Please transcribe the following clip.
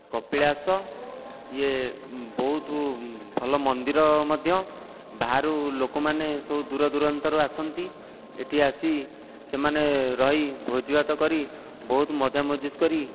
କପିଳାସ ଇଏ ବହୁତ ଭଲ ମନ୍ଦିର ମଧ୍ୟ ବାହାରୁ ଲୋକମାନେ ସବୁ ଦୂରଦୂରାନ୍ତରୁ ଆସନ୍ତି ଏଠି ଆସି ସେମାନେ ରହି ଭୋଜିଭାତ କରି ବହୁତ ମଜାମଜଲିସ କରି